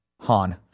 Han